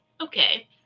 Okay